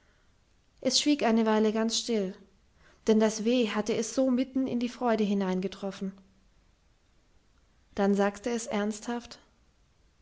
es schwieg eine weile ganz still denn das weh hatte es so mitten in die freude hineingetroffen dann sagte es ernsthaft